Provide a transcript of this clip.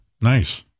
Nice